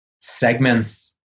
segments